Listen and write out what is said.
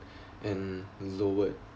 and lowered